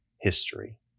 history